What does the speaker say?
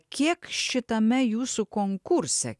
kiek šitame jūsų konkurse